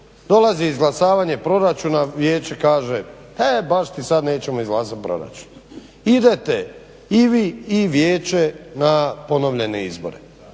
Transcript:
dolazi izglasavanje proračuna, vijeće kaže e baš ti sada nećemo izglasati proračun. Idete i vi i vijeće na ponovljene izbore